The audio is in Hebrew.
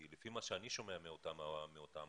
כי לפי מה שאני שומע מאותם העולים